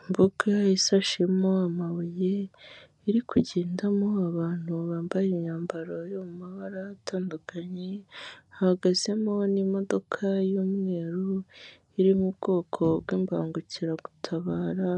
Imbuga isashemo amabuye, iri kugendamo abantu bambaye imyambaro y'amabara atandukanye, hahagazemo n'imodoka y'umweruru iri mu bwoko bw'imbangukira gutabara,